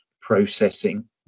processing